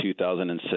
2006